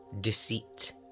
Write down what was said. deceit